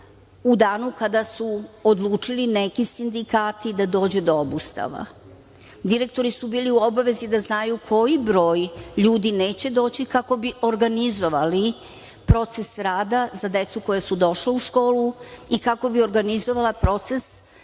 u danu kada su odlučili neki sindikati da dođe do obustave. Direktori su bili u obavezi da znaju koji broj ljudi neće doći, kako bi organizovali proces rada za decu koja su došla u školu i kako bi organizovala proces